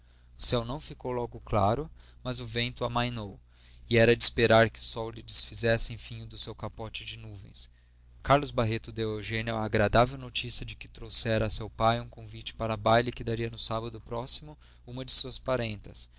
céu não ficou logo claro mas o vento amainou e era de esperar que o sol se desfizesse enfim do seu capote de nuvens carlos barreto deu a eugênia a agradável notícia de que trouxera a seu pai um convite para o baile que daria no sábado próximo uma de suas parentas